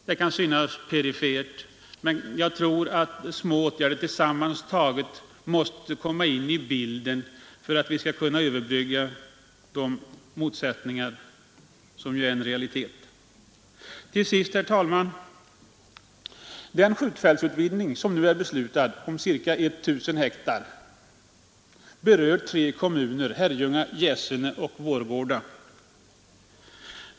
Det kan synas perifert, men jag tror att små åtgärder sammantagna måste komma in i bilden för att vi skall kunna överbrygga de motsättningar som är en realitet. Tills sist, herr talman, vill jag anföra att den skjutfältsutvidgning om ca 1 000 hektar som nu är beslutad berör tre kommuner: Herrljunga, Gäsene och Vårgårda.